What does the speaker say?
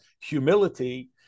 humility